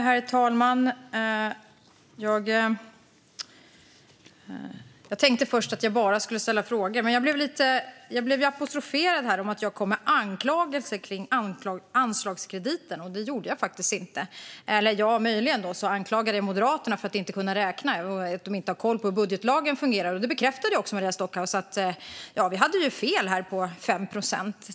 Herr talman! Jag tänkte först att jag bara skulle ställa frågor. Men jag blev apostroferad om att jag kom med anklagelser kring anslagskrediten. Det gjorde jag faktiskt inte. Möjligen anklagade jag Moderaterna för att inte kunna räkna och att de inte har koll på hur budgetlagen fungerar. Maria Stockhaus bekräftade också att man hade fel på 5 procent.